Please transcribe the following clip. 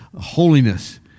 holiness